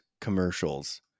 commercials